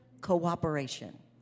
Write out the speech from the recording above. cooperation